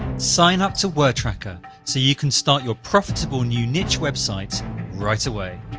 sign up to wordtracker so you can start your profitable new niche website right away!